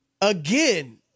again